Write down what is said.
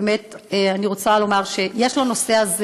אני רוצה לומר שהנושא הזה,